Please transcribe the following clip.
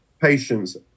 patients